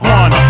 one